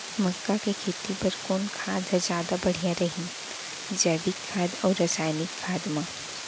मक्का के खेती बर कोन खाद ह जादा बढ़िया रही, जैविक खाद अऊ रसायनिक खाद मा?